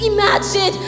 Imagine